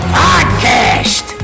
podcast